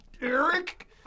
Eric